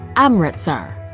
amritsar.